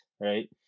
right